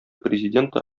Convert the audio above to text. президенты